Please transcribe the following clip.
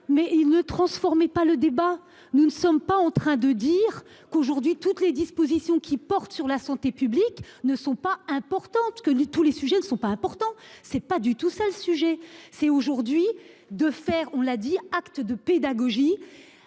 Mais il ne transformez pas le débat, nous ne sommes pas en train de dire qu'aujourd'hui toutes les dispositions qui porte sur la santé publique ne sont pas importantes que nous tous les sujets ne sont pas importants. C'est pas du tout seul sujet c'est aujourd'hui de faire on l'a dit acte de pédagogie